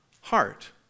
heart